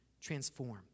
transformed